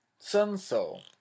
Sunso